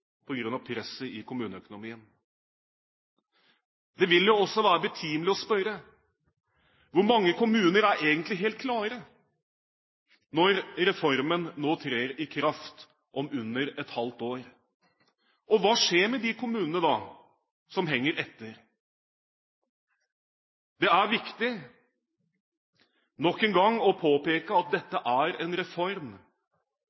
av presset i kommuneøkonomien. Det vil også være betimelig å spørre: Hvor mange kommuner er egentlig helt klare når reformen nå trer i kraft om under et halvt år? Og hva skjer med de kommunene som henger etter? Det er viktig nok en gang å påpeke at